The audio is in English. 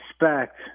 respect